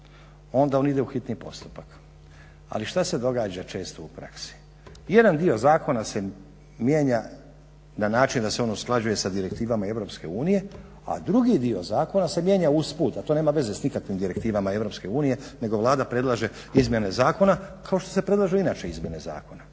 onda on ide u hitni postupak, ali što se događa često u praksi? Jedan dio zakona se mijenja na način da se on usklađuje sa direktivama EU, a drugi dio zakona se mijenja usput, a to nema veze s nikakvim direktivama EU nego Vlada predlaže izmjene zakona kao što se predlažu inače izmjene zakona.